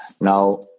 Now